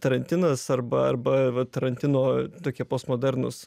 tarantinas arba arba va tarantino tokie postmodernūs